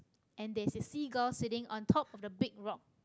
and there is a seagull sitting on top of the big rock